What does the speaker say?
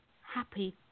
happy